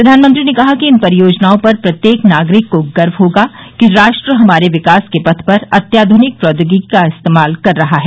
प्रधानमंत्री ने कहा कि इन परियोजनाओं पर प्रत्येक नागरिक को गर्व होगा कि राष्ट्र हमारे विकास क ेपथ पर अत्याधुनिक प्रौद्योगिकी का इस्तेमाल कर रहा है